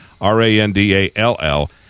R-A-N-D-A-L-L